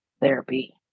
therapy